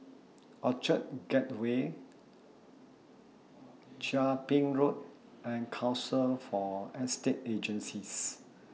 Orchard Gateway Chia Ping Road and Council For Estate Agencies